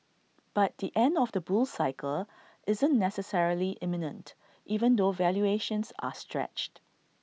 but the end of the bull cycle isn't necessarily imminent even though valuations are stretched